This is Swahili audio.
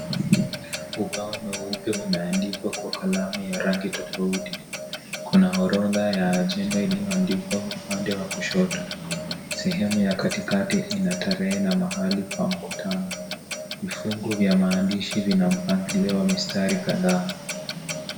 Ubao mweupe umeandikwa kwa kalamu ya rangi tofauti. Kuna orodha ya ajenda iliyoandikwa upande wa kushoto. Sehemu ya katikati ina tarehe na mahali pa mkutano vifungu vya maandishi vina mpangilio wa mstari kadhaa.